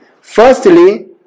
Firstly